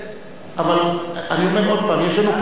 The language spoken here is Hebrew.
אבל, אני אומר עוד פעם, יש לנו פה, לעזור לך.